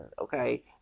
okay